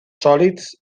sòlids